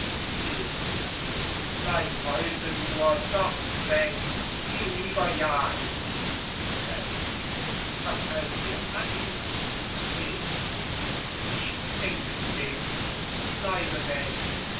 bleib heute nur dort weg geh lieber jagen tell was fällt dir ein hedwig mich ängstigt's bleibe weg